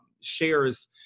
shares